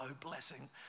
blessing